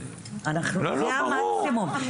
ברור.